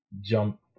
jump